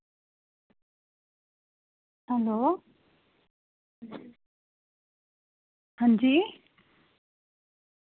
hello अंजी